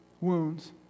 wounds